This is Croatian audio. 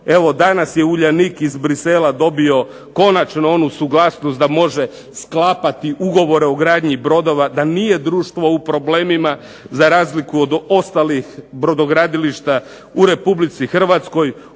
Evo danas je Uljanik iz Bruxella dobio konačno onu suglasnost da može sklapati ugovore o gradnji brodova, da nije društvo u problemima za razliku od ostalih brodogradilišta u Republici Hrvatskoj.